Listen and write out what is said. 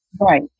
Right